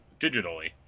digitally